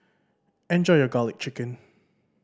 enjoy your Garlic Chicken